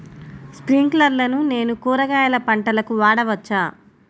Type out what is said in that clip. స్ప్రింక్లర్లను నేను కూరగాయల పంటలకు వాడవచ్చా?